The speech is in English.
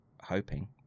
hoping